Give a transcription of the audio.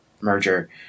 merger